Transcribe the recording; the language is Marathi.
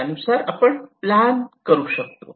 त्यानुसार आपण प्लान करू शकतो